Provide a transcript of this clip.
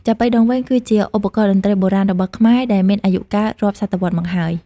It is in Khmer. ចាប៉ីដងវែង គឺជាឧបករណ៍តន្ត្រីបុរាណរបស់ខ្មែរដែលមានអាយុកាលរាប់សតវត្សមកហើយ។